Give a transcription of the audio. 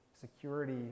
security